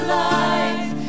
life